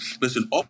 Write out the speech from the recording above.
Listen